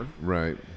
Right